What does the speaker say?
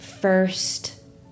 first